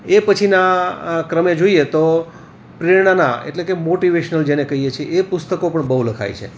એ પછીના ક્રમે જોઈએ તો પ્રેરણાનાં એટલે કે મોટિવેશનલ જેને કહીએ છીએ એ પુસ્તકો પણ બહુ લખાય છે